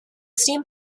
steam